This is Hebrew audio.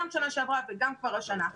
גם שנה שעברה וגם השנה.